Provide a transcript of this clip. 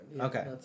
Okay